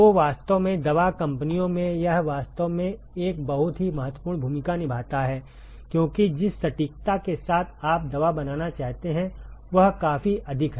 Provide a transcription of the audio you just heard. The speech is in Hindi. तो वास्तव में दवा कंपनियों में यह वास्तव में एक बहुत ही महत्वपूर्ण भूमिका निभाता है क्योंकि जिस सटीकता के साथ आप दवा बनाना चाहते हैं वह काफी अधिक है